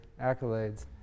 accolades